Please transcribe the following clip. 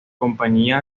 compañía